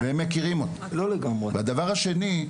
והדבר השני,